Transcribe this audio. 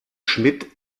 schmidt